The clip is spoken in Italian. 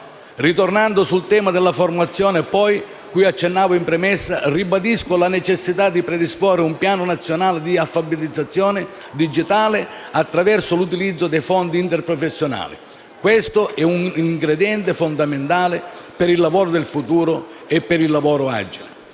Ritornando sul tema della formazione, poi (cui accennavo in premessa), ribadisco la necessità di predisporre un piano nazionale di alfabetizzazione digitale attraverso l’utilizzo dei fondi interprofessionali: questo è un ingrediente fondamentale per il lavoro del futuro e per il lavoro agile.